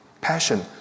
passion